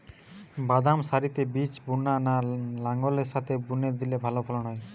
বাদাম সারিতে বীজ বোনা না লাঙ্গলের সাথে বুনে দিলে ভালো ফলন হয়?